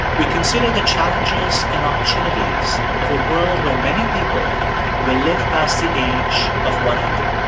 we consider the challenges and opportunities of a world where many people will live past the age of one hundred